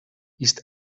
ist